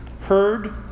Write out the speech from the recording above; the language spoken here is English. heard